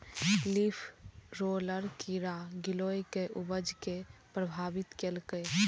leaf roller कीड़ा गिलोय के उपज कें प्रभावित केलकैए